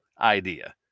idea